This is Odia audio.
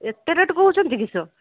ଏତେ ରେଟ୍ କହୁଛନ୍ତି କିସ